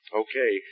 okay